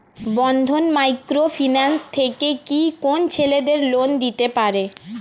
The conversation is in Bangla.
বন্ধন মাইক্রো ফিন্যান্স থেকে কি কোন ছেলেদের লোন দিতে পারে?